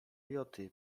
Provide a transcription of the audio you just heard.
joty